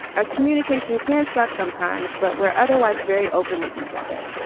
our communication can suck sometimes but we're otherwise very open with each other.